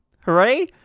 hooray